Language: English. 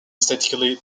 statically